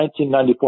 1994